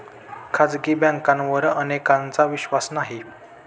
खाजगी बँकांवर अनेकांचा विश्वास नाही